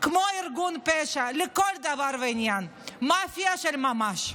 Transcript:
כמו ארגון פשע לכל דבר ועניין, מאפיה של ממש.